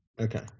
Okay